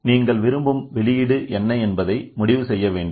நீங்கள் விரும்பும் வெளியீடு என்ன என்பதை முடிவு செய்ய வேண்டும்